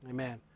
Amen